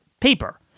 paper